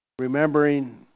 remembering